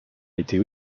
été